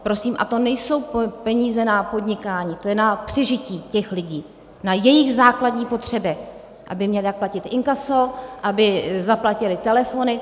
Prosím, a to nejsou peníze na podnikání, to je na přežití těch lidí, na jejich základní potřeby, aby měli jak platit inkaso, aby zaplatili telefony.